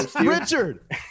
Richard